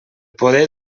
poder